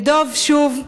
ודב, שוב,